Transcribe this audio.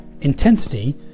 Intensity